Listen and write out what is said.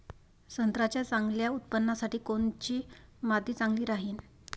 संत्र्याच्या चांगल्या उत्पन्नासाठी कोनची माती चांगली राहिनं?